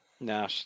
No